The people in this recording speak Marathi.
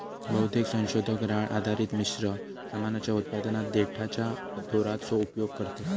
बहुतेक संशोधक राळ आधारित मिश्र सामानाच्या उत्पादनात देठाच्या दोराचो उपयोग करतत